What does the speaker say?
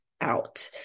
out